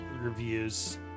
reviews